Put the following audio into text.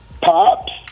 Pops